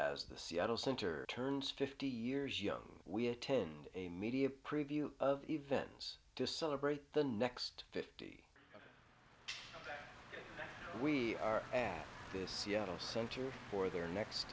as the seattle center turns fifty years young we attend a media preview of events just celebrate the next fifty we are at this seattle center for their next